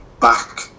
back